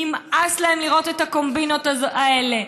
נמאס להם לראות את הקומבינות האלה.